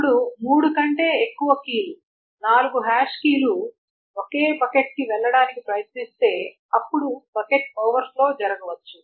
ఇప్పుడు మూడు కంటే ఎక్కువ కీ లు నాలుగు హ్యాష్ కీలు ఒకే బకెట్కి వెళ్లడానికి ప్రయత్నిస్తే అప్పుడు బకెట్ ఓవర్ఫ్లో జరగవచ్చు